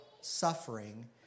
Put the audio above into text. suffering